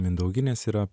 mindauginės yra